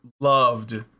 loved